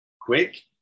quick